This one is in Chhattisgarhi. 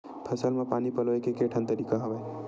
फसल म पानी पलोय के केठन तरीका हवय?